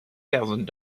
thousand